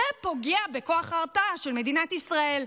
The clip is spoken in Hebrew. זה פוגע בכוח ההרתעה של מדינת ישראל.